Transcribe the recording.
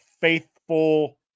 faithful